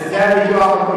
זה הוויכוח הקודם.